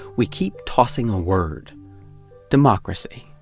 we keep tossing a word democracy.